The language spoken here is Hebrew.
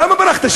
למה ברחת?